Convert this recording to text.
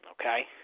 Okay